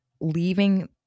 leaving